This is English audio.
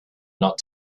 not